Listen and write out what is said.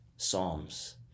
psalms